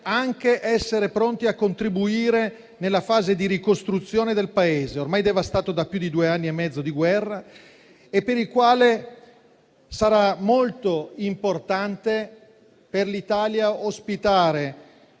anche essere pronti a contribuire nella fase di ricostruzione del Paese, ormai devastato da più di due anni e mezzo di guerra. Per questo sarà molto importante, per l'Italia, ospitare